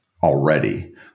already